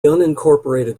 unincorporated